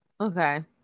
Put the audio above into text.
okay